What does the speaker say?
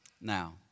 now